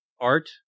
art